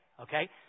Okay